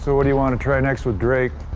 so what do you want to try next with drake?